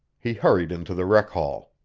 he hurried into the rec-hall.